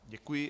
Děkuji.